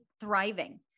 thriving